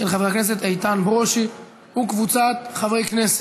של חבר הכנסת איתן ברושי וקבוצת חברי הכנסת.